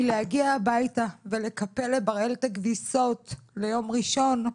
מלהגיע הביתה ולקפל לבראל את הכביסות ליום ראשון,